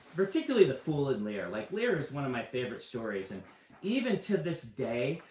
particularly the fool in lear. like, lear is one of my favorite stories. and even to this day,